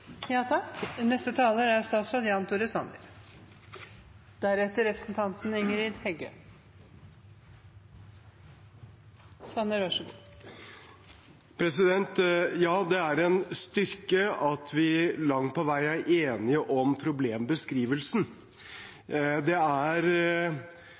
Ja, det er en styrke at vi langt på vei er